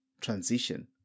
transition